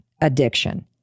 addiction